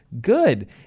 good